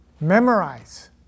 memorize